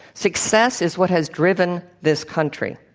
success is what has driven this country.